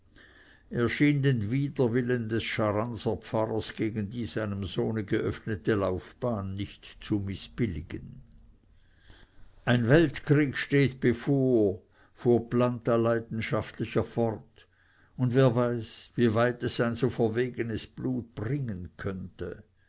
schien den widerwillen des scharanserpfarrers gegen die seinem sohne geöffnete laufbahn nicht zu mißbilligen ein weltkrieg steht bevor fuhr planta leidenschaftlicher fort und wer weiß wie weit es ein so verwegenes blut bringen könnte